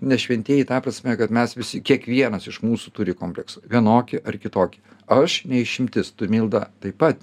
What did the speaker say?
ne šventieji ta prasme kad mes visi kiekvienas iš mūsų turi kompleksų vienokį ar kitokį aš ne išimtis tu milda taip pat